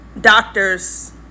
doctor's